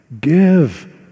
Give